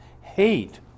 hate